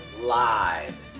Live